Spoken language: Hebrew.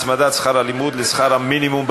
הצמדת שכר הלימוד לשכר המינימום במשק),